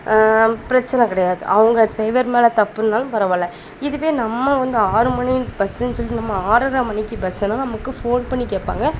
பிரச்சனை கிடையாது அவங்க ட்ரைவர் மேலே தப்பு இருந்தாலும் பரவாயில்ல இதுவே நம்ம வந்து ஆறு மணிக்கு பஸ்ஸுன்னு சொல்லிட்டு நம்ம ஆறரை மணிக்கு பஸ்ஸுன்னால் நமக்கு ஃபோன் பண்ணி கேட்பாங்க